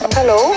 Hello